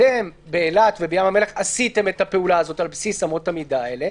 אתם באילת ובים המלח עשיתם את הפעולה הזו על בסיס אמות המידה האלה.